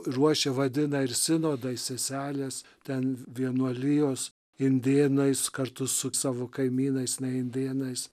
ruošia vadina ir sinodais seseles ten vienuolijos indėnais kartu su savo kaimynais ne indėnais